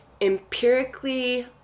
empirically